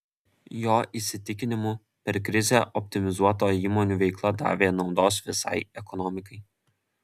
jo įsitikinimu per krizę optimizuota įmonių veikla davė naudos visai ekonomikai